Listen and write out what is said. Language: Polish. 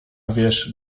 wiesz